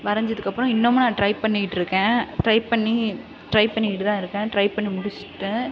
வரைஞ்சதுக்கப்பறம் இன்னமும் நான் ட்ரை பண்ணிட்டிருக்கேன் ட்ரை பண்ணி ட்ரை பண்ணிக்கிட்டுதான் இருக்கேன் ட்ரை பண்ணி முடித்துட்டு